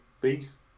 peace